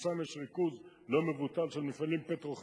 גם שם יש ריכוז לא מבוטל של מפעלים פטרוכימיים,